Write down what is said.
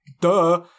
Duh